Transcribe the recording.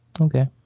Okay